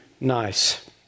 nice